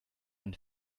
and